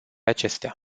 acestea